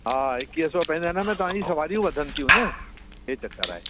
हा एक्वीह सौ पवंदा इन में तव्हांजी सवारियूं वधनि थियूं न हे चकरु आहे